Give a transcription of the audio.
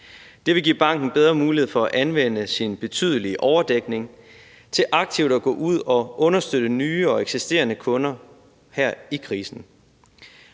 Det vil give banken bedre mulighed for at anvende sin betydelige overdækning til aktivt at gå ud og understøtte nye og eksisterende kunder her i krisen